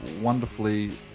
wonderfully